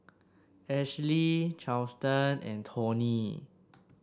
Esley Charlton and Tony